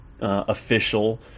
official